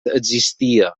existia